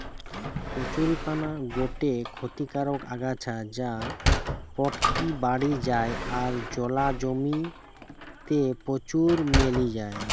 কচুরীপানা গটে ক্ষতিকারক আগাছা যা পটকি বাড়ি যায় আর জলা জমি তে প্রচুর মেলি যায়